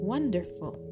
Wonderful